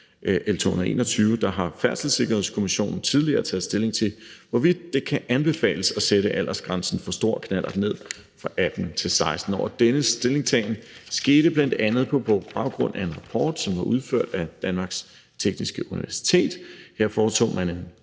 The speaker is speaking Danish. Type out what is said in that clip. L 221, har Færdselssikkerhedskommissionen tidligere taget stilling til, hvorvidt det kan anbefales at sætte aldersgrænsen for kørekort til stor knallert ned fra 18 til 16 år, og denne stillingtagen skete bl.a. på baggrund af en rapport, som var udført af Danmarks Tekniske Universitet. Her foretog man en